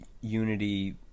unity